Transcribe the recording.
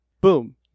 Boom